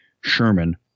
Sherman